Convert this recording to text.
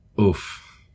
Oof